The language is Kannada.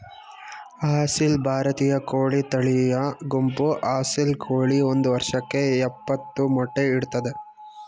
ಅಸೀಲ್ ಭಾರತೀಯ ಕೋಳಿ ತಳಿಯ ಗುಂಪು ಅಸೀಲ್ ಕೋಳಿ ಒಂದ್ ವರ್ಷಕ್ಕೆ ಯಪ್ಪತ್ತು ಮೊಟ್ಟೆ ಇಡ್ತದೆ